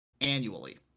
annually